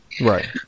right